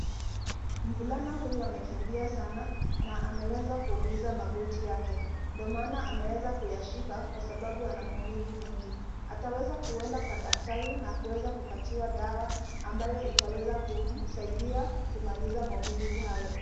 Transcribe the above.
Mvulana huyu amekimbia sana na ameweza kuumiza magoti yake, ndo maana ameweza kuyashika kwa sababu ana maumivu mengi. Ataweza kwenda kwa daktari na kuweza kupatiwa dawa ambayo itaweza kumsaidia kumaliza maumivu hayo.